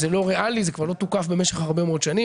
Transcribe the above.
זה כבר לא ריאלי, זה לא תוקף במשך הרבה מאוד שנים.